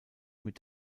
mit